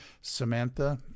Samantha